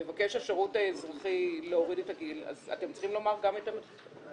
מבקש השירות האזרחי להוריד את הגיל אז אתם צריכים לומר גם את עמדתכם,